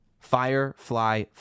firefly